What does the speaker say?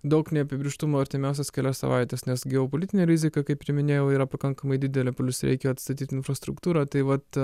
daug neapibrėžtumo artimiausias kelias savaites nes geopolitinė rizika kaip ir minėjau yra pakankamai didelė plius reikia atstatyti infrastruktūrą tai vat